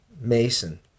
Mason